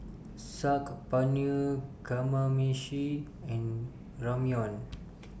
Saag Paneer Kamameshi and Ramyeon